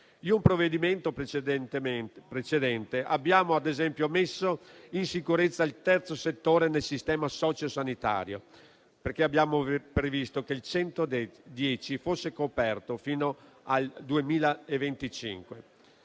In un provvedimento precedente, ad esempio, abbiamo messo in sicurezza il terzo settore nel sistema sociosanitario, perché abbiamo previsto che il 110 per cento fosse coperto fino al 2025.